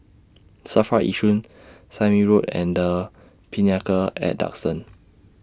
SAFRA Yishun Sime Road and The Pinnacle At Duxton